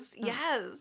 yes